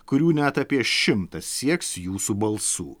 kurių net apie šimtas sieks jūsų balsų